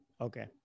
Okay